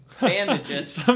bandages